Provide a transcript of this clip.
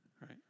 right